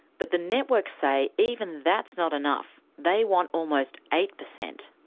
but the networks say even that's not enough, they want almost eight percent.